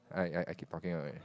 I I I keep talking